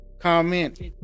comment